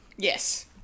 Yes